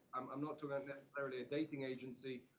um i'm not doing necessarily a dating agency.